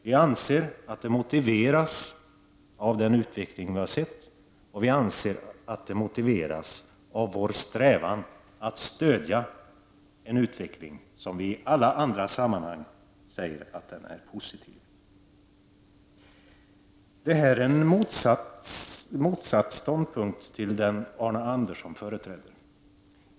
Vi anser att det motiveras av den utveckling vi har sett, och vi anser att det motiveras av vår strävan att stödja en utveckling om vilken vi i alla andra sammanhang säger att den är positiv. Det är motsatt ståndpunkt till den Arne Andersson företräder.